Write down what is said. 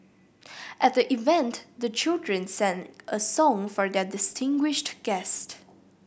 at the event the children sang a song for their distinguished guest